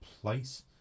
Place